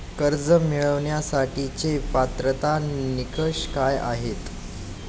कर्ज मिळवण्यासाठीचे पात्रता निकष काय आहेत?